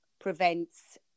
prevents